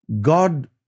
God